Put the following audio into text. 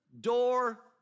door